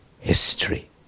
history